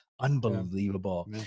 Unbelievable